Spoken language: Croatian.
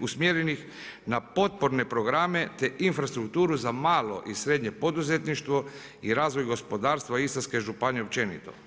usmjerenih na potporne programe te infrastrukturu za malo i srednje poduzetništvo i razvoj gospodarstva Istarske županije općenito.